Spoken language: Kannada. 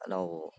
ನಾವು